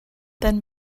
then